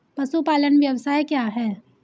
पशुपालन व्यवसाय क्या है?